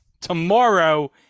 tomorrow